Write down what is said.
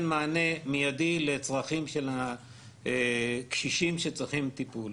מענה מידי לצרכים של הקשישים שצריכים טיפול.